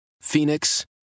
Phoenix